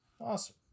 Awesome